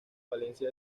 valencia